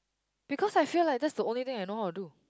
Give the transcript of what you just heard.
because I feel like that's the only thing I know how to do